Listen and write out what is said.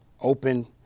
open